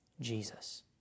Jesus